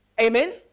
Amen